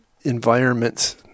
environments